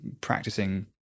practicing